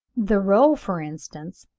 the roe, for instance,